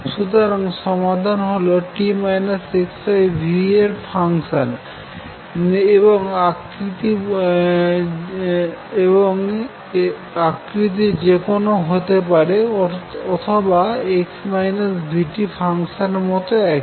সুতরাং সমাধান হল t - xv এর ফাংশন এবন আকৃতি যেকোনো হতে পারে অথবা x vt ফাংশন মত একই